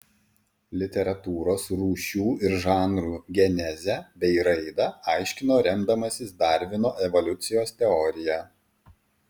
literatūros rūšių ir žanrų genezę bei raidą aiškino remdamasis darvino evoliucijos teorija